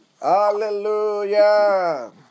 Hallelujah